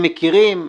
הם מכירים.